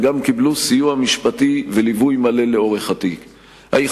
וגם קיבלו סיוע משפטי וליווי מלא לאורך התיק.